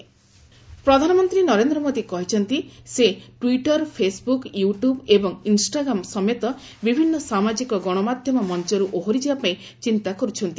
PM social media ପ୍ରଧାନମନ୍ତ୍ରୀ ନରେନ୍ଦ୍ର ମୋଦୀ କହିଛନ୍ତି ସେ ଟ୍ୱିଟର ଫେସ୍ବୁକ୍ ୟୁଟୁବ୍ ଏବଂ ଇନ୍ଷ୍ଟାଗ୍ରାମ୍ ସମେତ ବିଭିନ୍ନ ସାମାଜିକ ଗଶମାଧ୍ୟମ ମଞ୍ଚରୁ ଓହରି ଯିବା ପାଇଁ ଚିନ୍ତା କରୁଛନ୍ତି